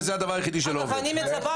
וזה הדבר היחיד שלא עובד היטב.